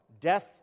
death